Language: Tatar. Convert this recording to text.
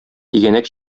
тигәнәк